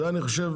זה אני חשוב,